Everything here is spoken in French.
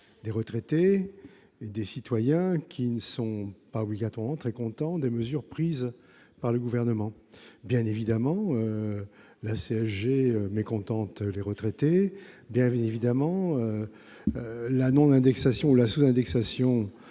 des retraités et des citoyens qui ne sont pas forcément très satisfaits des mesures prises par le Gouvernement. Bien évidemment, la hausse de la CSG mécontente les retraités. Bien évidemment, la non-indexation ou la sous-indexation